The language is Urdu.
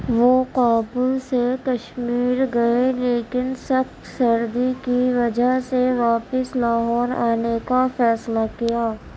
وہ کابل سے کشمیر گئے لیکن سخت سردی کی وجہ سے واپس لاہور آنے کا فیصلہ کیا